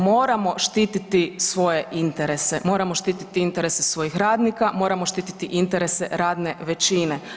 Moramo štititi svoje interese, moramo štititi interese svojih radnika, moramo štititi interese radne većine.